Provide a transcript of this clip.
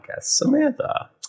Samantha